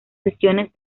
sesiones